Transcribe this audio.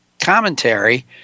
commentary